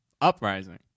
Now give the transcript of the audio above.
uprising